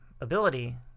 ability